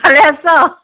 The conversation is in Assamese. ভালে আছ